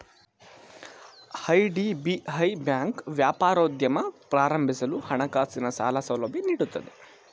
IDBI bank ವ್ಯಾಪಾರೋದ್ಯಮ ಪ್ರಾರಂಭಿಸಲು ಹಣಕಾಸಿನ ಸಾಲ ಸೌಲಭ್ಯ ನೀಡುತ್ತಿದೆ